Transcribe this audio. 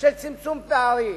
של צמצום פערים?